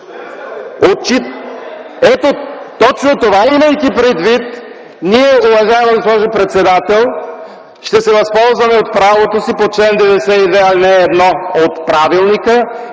ГЕРБ.) Ето, точно това имайки предвид, ние, уважаема госпожо председател, ще се възползваме от правото си по чл. 92, ал. 1 от Правилника